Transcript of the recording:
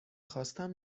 خواستم